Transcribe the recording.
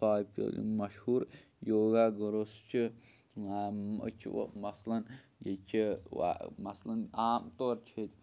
باقٕیو یِم مشہوٗر یوگا گُروس چھِ أسۍ چھِ مثلن ییٚتہِ چھِ وَ مثلن عام طور چھِ ییٚتہِ